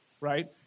right